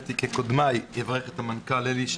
כקודמיי אברך את המנכ"ל אלי בין,